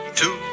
two